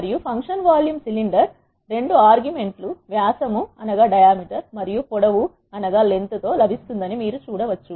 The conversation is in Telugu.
మరియు ఫంక్షన్ వాల్యూమ్ సిలిండర్ రెండు ఆర్గ్యుమెంట్ లు వ్యాసం మరియు పొడవు తో లభిస్తుందని మీరు చూడవచ్చు